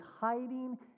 hiding